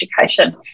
education